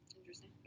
Interesting